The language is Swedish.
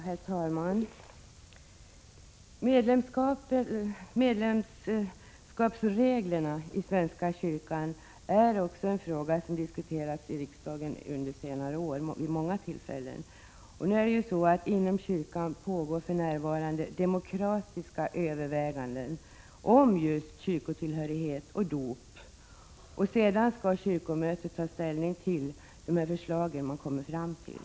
Herr talman! Medlemskapsreglerna i svenska kyrkan har vid många tillfällen diskuterats i riksdagen. Inom kyrkan pågår för närvarande demokratiska överväganden om just kyrkotillhörighet och dop. Senare skall kyrkomötet ta ställning till de förslag som man har kommit fram till.